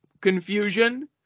Confusion